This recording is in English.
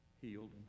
healed